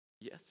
Yes